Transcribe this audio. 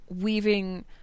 weaving